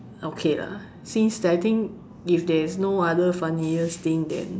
okay lah since I think if there is no other funniest thing then